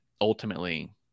ultimately